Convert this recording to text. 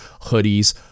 hoodies